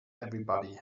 everybody